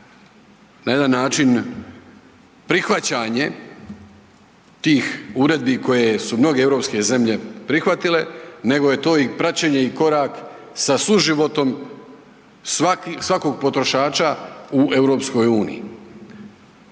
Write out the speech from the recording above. na jedan način prihvaćanje tih uredbi koje su mnoge europske zemlje prihvatile, nego je to i praćenje i korak sa suživotom svakog potrošača u EU.